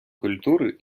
культури